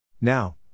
Now